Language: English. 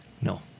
No